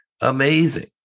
amazing